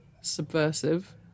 subversive